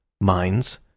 Mines